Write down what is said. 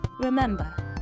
Remember